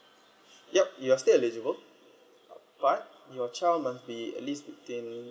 yup you're still eligible but your child must be at least fifteen